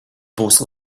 būs